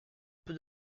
peu